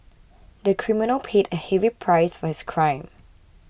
the criminal paid a heavy price for his crime